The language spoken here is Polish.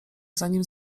zanim